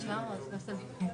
אפשר לקנות דירה אחת.